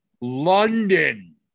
London